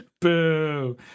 Boo